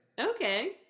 Okay